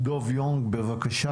דב יונג, בבקשה.